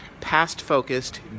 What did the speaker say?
Past-focused